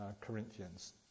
Corinthians